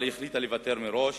אבל היא החליטה לוותר מראש.